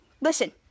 Listen